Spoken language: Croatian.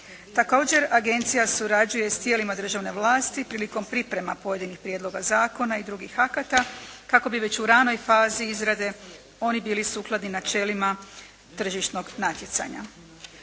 Također Agencija surađuje s tijelima državne vlasti prilikom priprema pojedinih prijedloga zakona i drugih akata kako bi već u ranoj fazi izrade oni bili sukladni načelima tržišnog natjecanja.